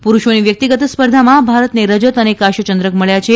પુરૂષોની વ્યક્તિગત સ્પર્ધામાં ભારતને રજત અને કાંસ્યચંદ્રક મળ્યા છે